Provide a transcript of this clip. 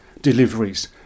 deliveries